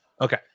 Okay